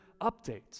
updates